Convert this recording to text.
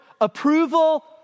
Approval